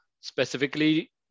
specifically